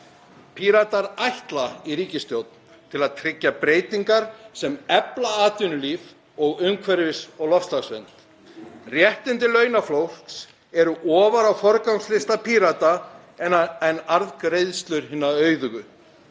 Píratar ætla í ríkisstjórn til að tryggja breytingar sem efla atvinnulíf og umhverfis- og loftslagsvernd. Réttindi launafólks eru ofar á forgangslista Pírata en arðgreiðslur hinna auðugu.